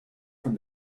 from